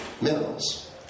minerals